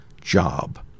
job